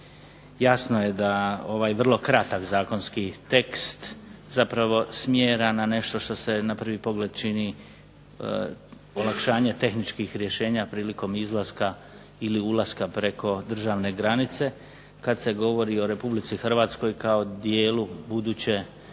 Jasno je da ovaj vrlo kratak zakonski tekst zapravo smjera na nešto što se na prvi pogled čini olakšanje tehničkih rješenja prilikom izlaska ili ulaska preko državne granice, kad se govori o Republici Hrvatskoj kao dijelu buduće